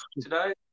today